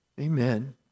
Amen